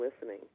listening